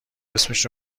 اسمش